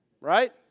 Right